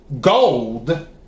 gold